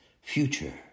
future